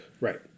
Right